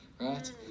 right